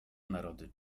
narody